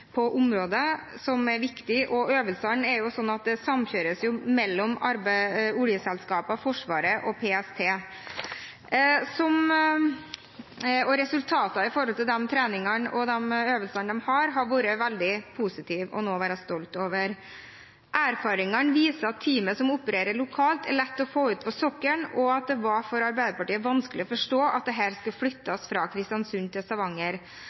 på området som er viktig, og øvelsene samkjøres mellom oljeselskapene, Forsvaret og PST. Resultatene i de treningene og de øvelsene de har, har vært veldig positive, og noe å være stolt over. Erfaringene viser at teamet som opererer lokalt, er lett å få ut på sokkelen, og det var for Arbeiderpartiet vanskelig å forstå at dette skal flyttes fra Kristiansund til Stavanger.